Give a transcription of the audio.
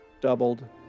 doubled